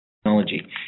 technology